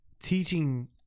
Teaching